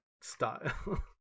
style